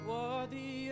Worthy